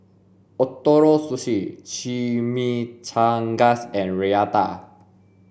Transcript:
Ootoro Sushi Chimichangas and Raita